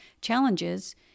challenges